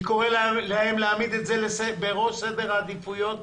אני קורא להם להעמיד את זה בראש סדר העדיפויות